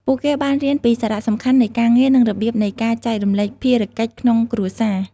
ពួកគេបានរៀនពីសារៈសំខាន់នៃការងារ និងរបៀបនៃការចែករំលែកភារកិច្ចក្នុងគ្រួសារ។